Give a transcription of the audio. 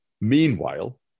Meanwhile